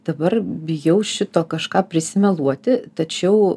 dabar bijau šito kažką prisimeluoti tačiau